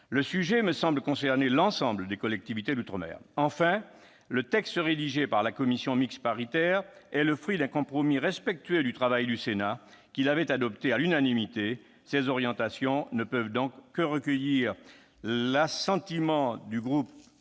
Le sujet me semble concerner l'ensemble des collectivités d'outre-mer. Enfin, le texte rédigé par la commission mixte paritaire est le fruit d'un compromis respectueux du travail du Sénat, qui l'avait adopté à l'unanimité ; ses orientations ne peuvent donc que recueillir l'assentiment du groupe